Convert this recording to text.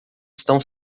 estão